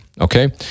okay